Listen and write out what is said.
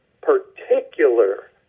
particular